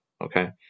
okay